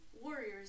Warriors